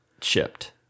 shipped